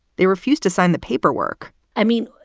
they refused to sign the paperwork i mean,